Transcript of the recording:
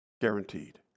guaranteed